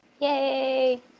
Yay